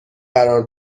قرار